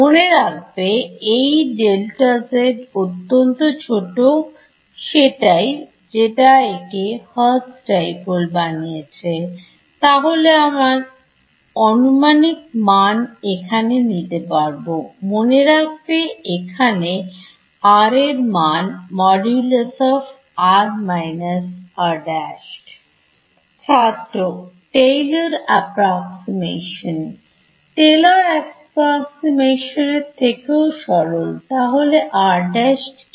মনে রাখবে এই Δz অত্যন্ত ছোট সেটাই যেটা একে Hertz Dipole বানিয়েছে তাহলে আমরা আনুমানিক মান এখানে নিতে পারবো মনে রাখবে এখানে R এর মান ছাত্র Taylor Approximation Taylor Approximation এর থেকেও সরল তাহলে r' কি